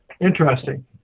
interesting